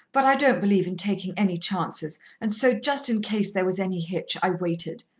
but i don't believe in taking any chances, and so, just in case there was any hitch, i waited.